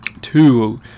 two